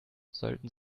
sollten